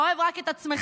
אתה אוהב רק את עצמך,